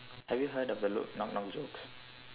have you heard of the Luke knock knock jokes